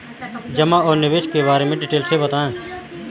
जमा और निवेश के बारे में डिटेल से बताएँ?